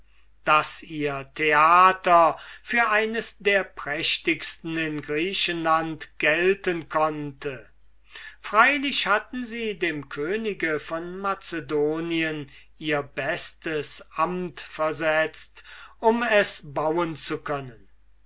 daß ihr theater für eines der prächtigsten in griechenland gelten konnte freilich hatten sie dem könige von macedonien ihr bestes amt versetzt um es bauen zu können